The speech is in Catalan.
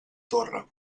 torre